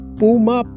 puma